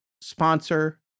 sponsor